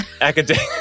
Academic